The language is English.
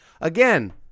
Again